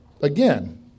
Again